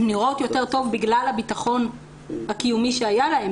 הן נראות יותר טוב בגלל הבטחון הקיומי שהיה להן.